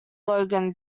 logan